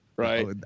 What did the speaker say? right